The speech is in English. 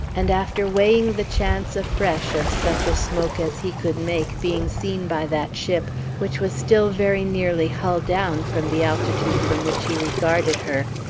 and after weighing the chance afresh of such a smoke as he could make being seen by that ship which was still very nearly hull down from the altitude from which he regarded her,